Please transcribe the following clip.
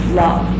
love